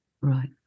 Right